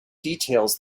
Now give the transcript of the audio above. details